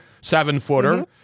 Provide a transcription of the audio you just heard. seven-footer